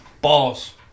Balls